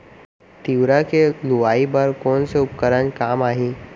तिंवरा के लुआई बर कोन से उपकरण काम आही?